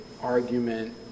argument